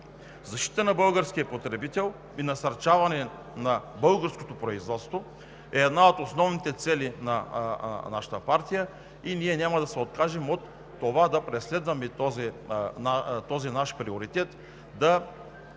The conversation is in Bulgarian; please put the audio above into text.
Защитата на българския потребител и насърчаване на българското производство е една от основните цели на нашата партия и ние няма да се откажем от това да преследваме този наш приоритет – да поощряваме